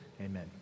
Amen